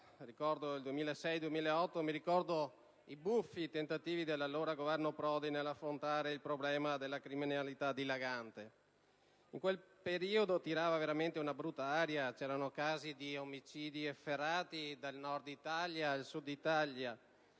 periodo, 2006-2008, ricordo i buffi tentativi del Governo Prodi nell'affrontare il problema della criminalità dilagante. In quel periodo tirava veramente una brutta aria. C'erano casi di omicidi efferati dal Nord al Sud dell'Italia.